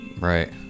Right